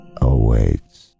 Awaits